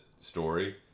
story